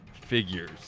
figures